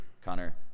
Connor